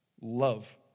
Love